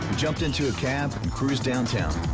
jumped into a cab and cruised downtown,